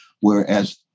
Whereas